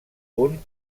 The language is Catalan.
punt